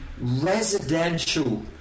residential